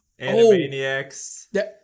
Animaniacs